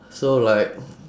so like